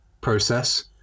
process